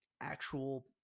actual